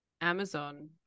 Amazon